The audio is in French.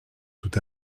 tout